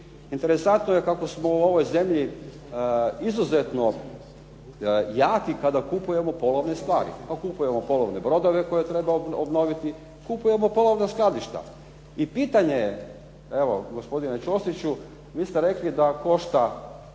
Interesantno je kako smo u ovoj zemlji izuzetno jaki kada kupujemo polovne stvari. Pa kupujemo polovne brodove koje treba obnoviti, kupujemo polovna skladišta. I pitanje je, evo gospodine Ćosiću vi ste rekli da košta